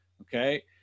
Okay